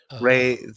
Ray